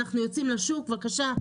אנחנו יוצאים לשוק; בבקשה,